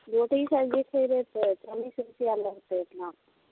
रोटी सब्जी खैबै तऽ चालिस रुपैआ लगतै अपना